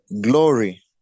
glory